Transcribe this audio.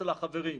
אצל החברים,